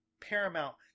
Paramount